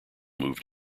moved